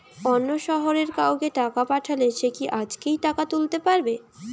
অন্য শহরের কাউকে টাকা পাঠালে সে কি আজকেই টাকা তুলতে পারবে?